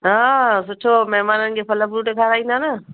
हा सुठो महिमाननि खे फल फ्रूट खाराईंदा न